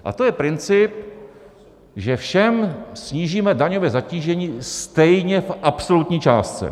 A to je princip, že všem snížíme daňové zatížení stejně v absolutní částce.